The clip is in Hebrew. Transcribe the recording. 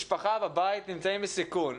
משפחה בבית נמצאים בסיכון,